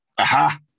Aha